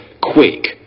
quick